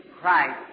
Christ